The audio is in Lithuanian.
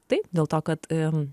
taip dėl to kad